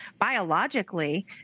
biologically